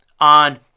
on